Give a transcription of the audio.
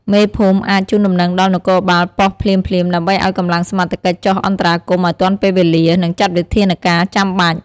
មេភូមិអាច ជូនដំណឹងដល់នគរបាលប៉ុស្តិ៍ភ្លាមៗ ដើម្បីឱ្យកម្លាំងសមត្ថកិច្ចចុះអន្តរាគមន៍ឲ្យទាន់ពេលវេលា និងចាត់វិធានការចាំបាច់។